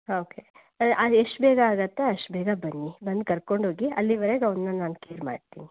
okay ಎಷ್ಟು ಬೇಗ ಆಗುತ್ತ ಅಷ್ಟು ಬೇಗ ಬನ್ನಿ ಬಂದು ಕರ್ಕೊಂಡು ಹೋಗಿ ಅಲ್ಲಿವರೆಗೆ ಅವನನ್ನ ನಾನು ಕೇರ್ ಮಾಡ್ತೀನಿ